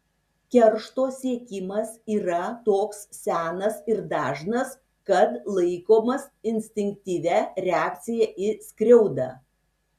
keršto siekimas yra toks senas ir dažnas kad laikomas instinktyvia reakcija į skriaudą